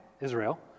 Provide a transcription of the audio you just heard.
Israel